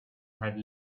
had